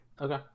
Okay